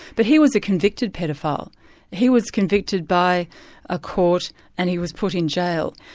but he was a convicted paedophile he was convicted by a court and he was put in jail.